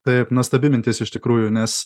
taip nuostabi mintis iš tikrųjų nes